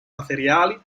materiali